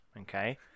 Okay